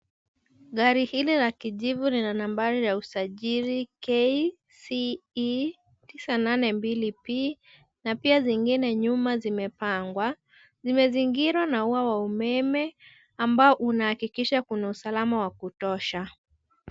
Gari hili la kijivu lina nambari ya usajili KCE 982P na pia zingine nyuma zimepangwa, zimezingirwa na ua wa umeme ambao unaakikisha kuna usalama wa wakutosha.